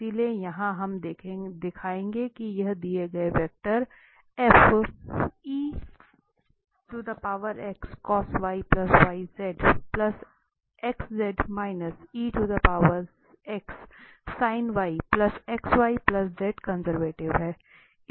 इसलिए यहां हम दिखाएंगे कि यह दिया गया वेक्टर कंजर्वेटिव है